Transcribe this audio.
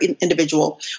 individual